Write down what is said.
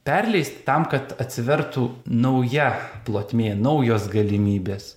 perleisti tam kad atsivertų nauja plotmė naujos galimybės